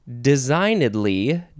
Designedly